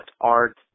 art